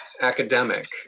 academic